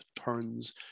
turns